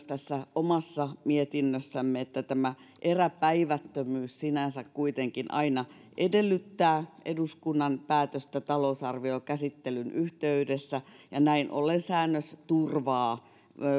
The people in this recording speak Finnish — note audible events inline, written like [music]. [unintelligible] tässä omassa mietinnössämme myös että tämä eräpäivättömyys sinänsä kuitenkin aina edellyttää eduskunnan päätöstä talousarviokäsittelyn yhteydessä ja näin ollen säännös turvaa